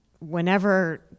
whenever